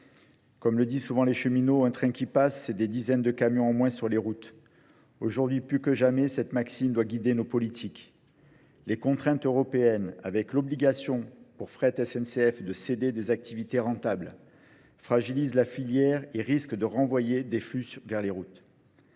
Comme le disent souvent les cheminots, un train qui passe, c'est des dizaines de camions au moins sur les routes. Aujourd'hui, plus que jamais, cette maxime doit guider nos politiques. Les contraintes européennes, avec l'obligation pour fret SNCF de céder des activités rentables, fragilisent la filière et risquent de renvoyer des flux vers les routes.